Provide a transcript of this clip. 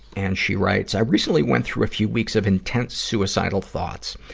and she writes, i recently went through a few weeks of intense suicidal thoughts.